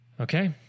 Okay